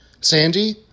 Sandy